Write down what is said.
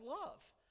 love